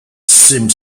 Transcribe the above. seemed